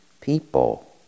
people